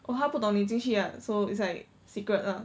!wah! 她不懂你进去啦 so it's like secret lah